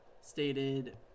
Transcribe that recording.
stated